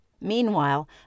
Meanwhile